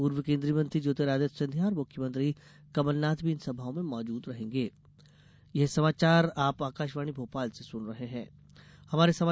पूर्व केन्द्रीय मंत्री ज्योतिरादित्य सिंधिया और मुख्यमंत्री कमलनाथ भी इन सभाओं में मौजूद रहेंगे